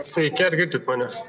sveiki ar girdit manęs